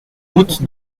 route